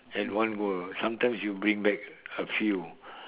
at one go sometimes you will bring back a few